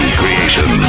creation